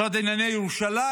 משרד לענייני ירושלים,